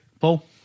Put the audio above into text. Paul